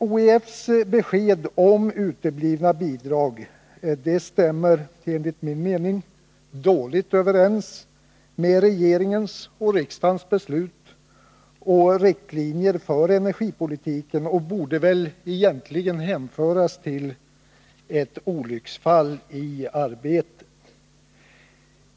OEF:s besked om uteblivna bidrag stämmer, enligt min mening, dåligt överens med regeringens och riksdagens beslut och riktlinjer för energipolitiken och borde väl egentligen betecknas som ett olycksfall i arbetet.